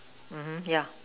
mmhmm yeah